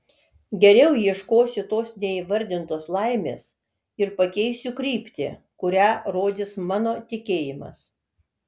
geriau ieškosiu tos neįvardintos laimės ir pakeisiu kryptį kurią rodys mano tikėjimas